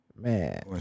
Man